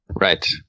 right